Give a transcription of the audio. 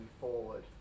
forward